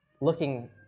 looking